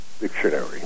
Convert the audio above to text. dictionary